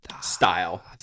style